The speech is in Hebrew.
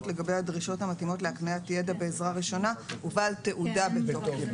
לגבי הדרישות המתאימות להקניית ידע בעזרה ראשונה ובעל תעודה בתוקף".